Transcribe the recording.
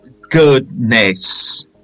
goodness